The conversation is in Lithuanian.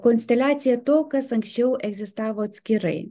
konsteliacija to kas anksčiau egzistavo atskirai